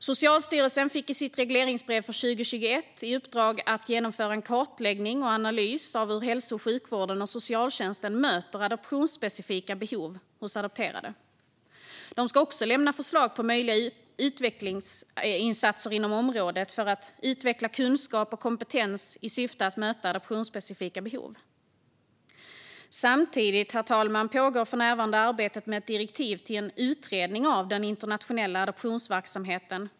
Socialstyrelsen fick i sitt regleringsbrev för 2021 i uppdrag att genomföra en kartläggning och analys av hur hälso och sjukvården och socialtjänsten möter adoptionsspecifika behov hos adopterade. De ska också lämna förslag på möjliga utvecklingsinsatser inom området för att utveckla kunskap och kompetens i syfte att möta adoptionsspecifika behov. Herr talman! Samtidigt pågår för närvarande inom Regeringskansliet arbetet med ett direktiv till en utredning av den internationella adoptionsverksamheten.